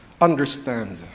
understand